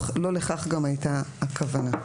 גם לא לכך הייתה הכוונה.